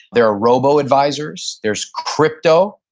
there are robo-advisers, there's crypto,